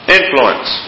influence